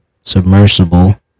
submersible